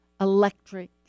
electric